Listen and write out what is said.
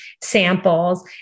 samples